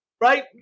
right